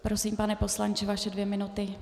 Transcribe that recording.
Prosím, pane poslanče, vaše dvě minuty.